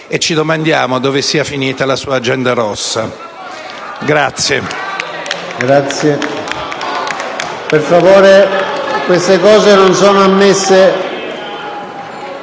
e ci domandiamo dove sia finita la sua agenda rossa. *(I